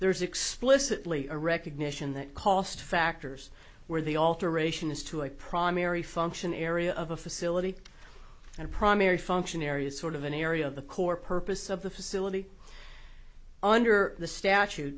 there is explicitly a recognition that cost factors were the alteration is to a primary function area of a facility and a primary function area sort of an area of the core purpose of the facility under the statu